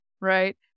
right